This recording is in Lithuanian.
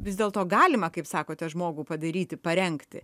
vis dėlto galima kaip sakote žmogų padaryti parengti